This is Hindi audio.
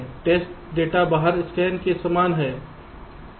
टेस्ट डेटा बाहर स्कैन के समान है